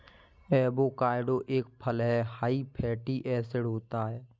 avocado एक फल हैं हाई फैटी एसिड होता है